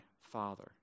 Father